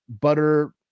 butter